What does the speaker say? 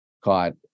caught